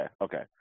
Okay